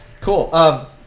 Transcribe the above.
Cool